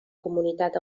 comunitat